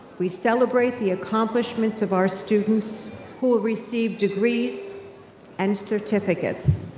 we celebrate the accomplishments of our students who will receive degrees and certificates.